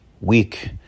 week